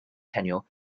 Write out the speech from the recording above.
tenure